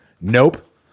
nope